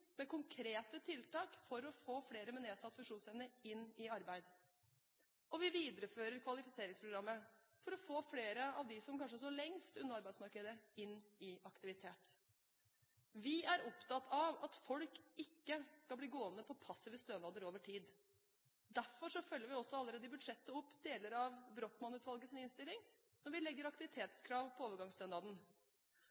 med konkrete tiltak for å få flere med nedsatt funksjonsevne inn i arbeid. Vi viderefører kvalifiseringsprogrammet for å få flere av dem som kanskje står lengst unna arbeidsmarkedet, inn i aktivitet. Vi er opptatt av at folk ikke skal bli gående på passive stønader over tid. Derfor følger vi også allerede i budsjettet opp deler av Brochmann-utvalgets innstilling når vi legger